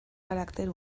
carácter